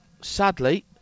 sadly